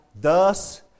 Thus